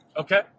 Okay